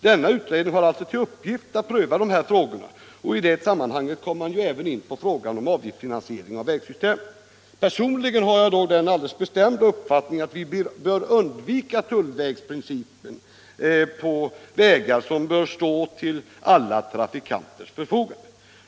Denna utredning har alltså till uppgift att pröva de här frågorna, och i det sammanhanget kommer man även in på frågan om avgiftsfinansiering av vägsystemet. Personligen har jag dock den alldeles bestämda uppfattningen att vi bör undvika tullvägsprincipen på vägar, som bör stå till alla trafikanters förfogande.